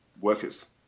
workers